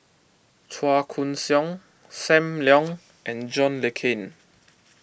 Chua Koon Siong Sam Leong and John Le Cain